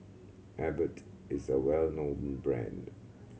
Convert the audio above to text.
Abbott is a well known brand